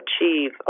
achieve